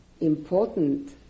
important